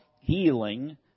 healing